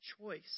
choice